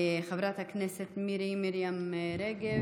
חברת הכנסת מירי מרים רגב,